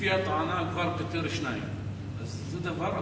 לפי הטענה הוא כבר פיטר שניים, זה דבר אבסורדי.